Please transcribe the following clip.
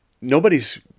nobody's